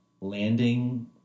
landing